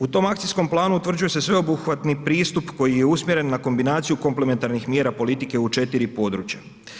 U tom akcijskom planu utvrđuju se sveobuhvatni pristup koji je usmjeren na kombinaciju komplementarnih mjera politike u 4 područja.